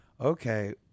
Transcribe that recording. okay